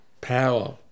power